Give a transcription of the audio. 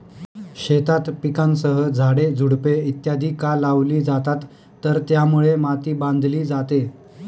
शेतात पिकांसह झाडे, झुडपे इत्यादि का लावली जातात तर त्यामुळे माती बांधली जाते